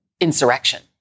insurrection